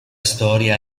storia